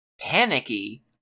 panicky